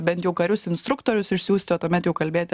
bent jau karius instruktorius išsiųsti o tuomet jau kalbėti